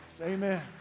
Amen